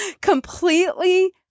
completely